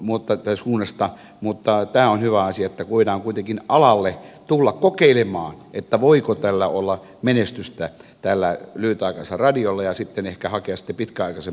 mutta tämä on hyvä asia että voidaan kuitenkin alalle tulla kokeilemaan voiko tällä lyhytaikaisella radiolla olla menestystä ja sitten ehkä hakea sitä pitkäaikaisempaa lupaa